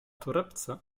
torebce